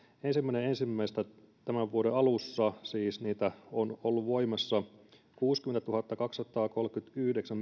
ensimmäinen ensimmäistä tämän vuoden alussa siis niitä vastuita ja takauksia on ollut voimassa kuusikymmentätuhattakaksisataakolmekymmentäyhdeksän